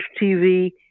TV